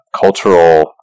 cultural